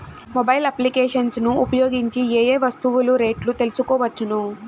Mobile applications ను ఉపయోగించి ఏ ఏ వస్తువులు రేట్లు తెలుసుకోవచ్చును?